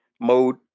mode